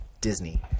Disney